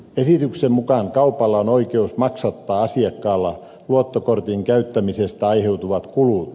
esityksen mukaan kaupalla on oikeus maksattaa asiakkaalla luottokortin käyttämisestä aiheutuvat kulut